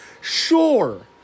Sure